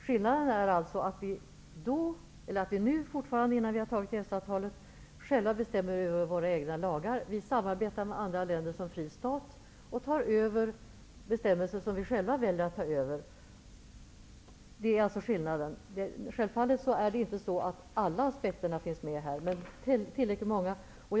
Skillnaden är alltså att vi nu, innan vi har antagit EES-avtalet, fortfarande själva bestämmer över våra egna lagar. Sverige samarbetar som fri stat med andra länder och tar över bestämmelser som vi själva väljer att ta över. Det är skillnaden. Självfallet finns inte alla aspekter med här, men tillräckligt många finns ändå.